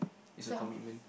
is a commitment